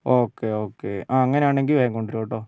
okay okay ആ അങ്ങനെയാണെങ്കിൽ വേഗം കൊണ്ടുവരൂ കേട്ടോ